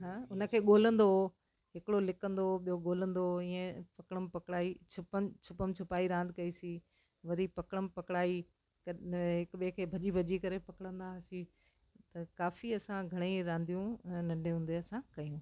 हा हुनखे ॻोल्हंदो हो हिकिड़ो लिकंदो हो ॿियों ॻोल्हंदो हो हीअं पकड़मि पकड़ाई छुपन छुपाई रांदि कईसीं वरी पकड़मि पकड़ाई हिकु ॿिए खे भॼी भॼी करे पकड़ंदा हुआसीं त काफ़ी असां घणेई रांदियूं नंढे हूंदे असां कयूं